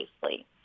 safely